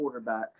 quarterbacks